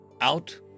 Out